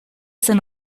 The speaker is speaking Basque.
zen